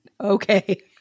Okay